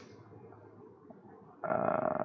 err~